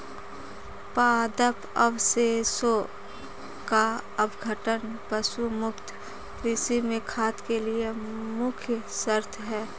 पादप अवशेषों का अपघटन पशु मुक्त कृषि में खाद के लिए मुख्य शर्त है